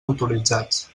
autoritzats